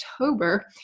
October